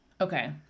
Okay